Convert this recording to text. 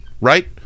right